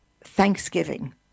Thanksgiving